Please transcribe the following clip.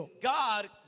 God